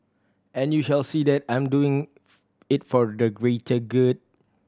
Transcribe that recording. and you shall see that I'm doing it for the greater good